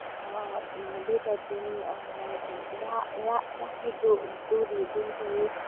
बिगत दिन रा रा राखी डोरी जुन चाहिँ